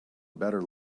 better